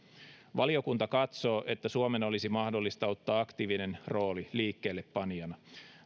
valiokunta katsoo että suomen olisi mahdollista ottaa aktiivinen rooli liikkeellepanijana